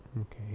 Okay